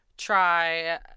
try